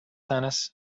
tennis